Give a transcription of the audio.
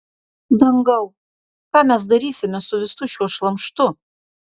dangau ką mes darysime su visu šiuo šlamštu